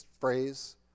phrase